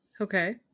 Okay